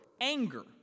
anger